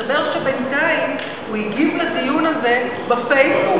מסתבר שבינתיים הוא הגיב לדיון הזה בפייסבוק.